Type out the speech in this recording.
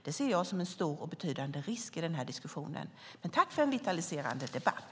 Det ser jag som en stor och betydande risk i den här diskussionen. Tack för en vitaliserande debatt!